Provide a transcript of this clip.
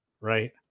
right